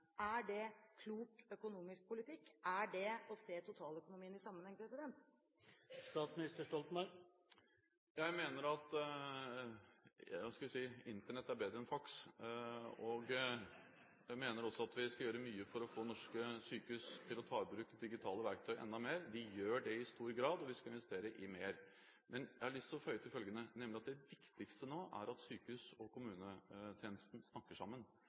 Er det klok økonomisk politikk? Er det å se totaløkonomien i en sammenheng? Jeg mener at Internett er bedre enn faks. Jeg mener også at vi skal gjøre mye for å få norske sykehus til å ta i bruk digitale verktøy enda mer – vi gjør det i stor grad, men vi skal investere i mer. Men jeg har lyst til å føye til følgende: Det viktigste nå er at sykehus og kommunetjenesten snakker sammen.